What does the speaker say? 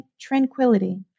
tranquility